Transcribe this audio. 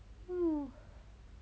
um